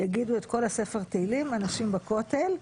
יגידו את כל ספר תהילים הנשים בכותל.